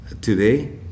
today